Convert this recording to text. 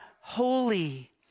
holy